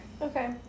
Okay